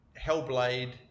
Hellblade